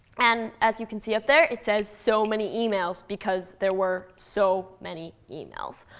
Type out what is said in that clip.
and as you can see up there, it says so many emails, because there were so many emails.